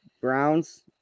Browns